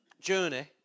journey